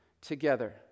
together